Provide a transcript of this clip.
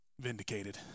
vindicated